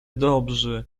dobrzy